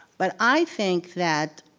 but i think that.